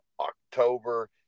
October